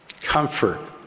comfort